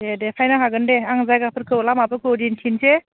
दे दे फैनो हागोन दे आं जायगाफोरखौ लामाफोरखौ दिन्थिनोसै